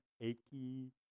achy